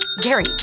Gary